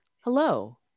hello